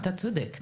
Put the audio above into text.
אתה צודק, תודה.